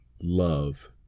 love